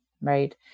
Right